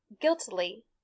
guiltily